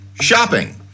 shopping